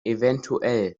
evtl